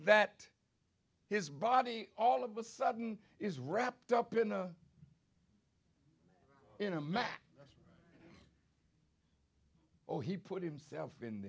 that his body all of a sudden is wrapped up in a in a match or he put himself in